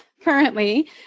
currently